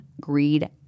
greed